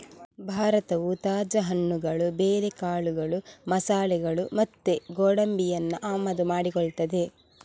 ಭಾರತವು ತಾಜಾ ಹಣ್ಣುಗಳು, ಬೇಳೆಕಾಳುಗಳು, ಮಸಾಲೆಗಳು ಮತ್ತೆ ಗೋಡಂಬಿಯನ್ನ ಆಮದು ಮಾಡಿಕೊಳ್ತದೆ